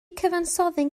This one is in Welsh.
cyfansoddyn